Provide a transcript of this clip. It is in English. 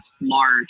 March